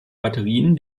batterien